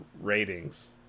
ratings